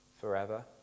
forever